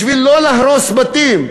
בשביל לא להרוס בתים,